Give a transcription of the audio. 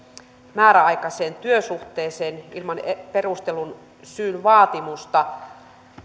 määräaikaiseen työsuhteeseen ilman perustellun syyn vaatimusta